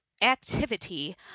activity